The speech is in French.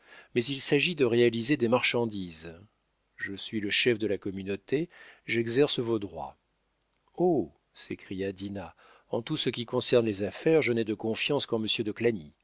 mais il s'agit de réaliser des marchandises je suis le chef de la communauté j'exerce vos droits oh s'écria dinah en tout ce qui concerne les affaires je n'ai de confiance qu'en